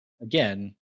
Again